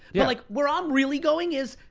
yeah like, where i'm really going is,